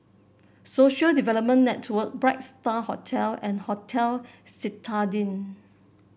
Social Development Network Bright Star Hotel and Hotel Citadine